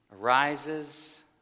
arises